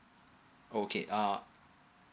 okay uh